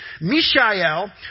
Mishael